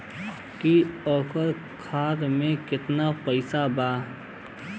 की ओकरा खाता मे कितना पैसा बा?